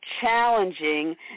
challenging